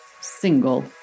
single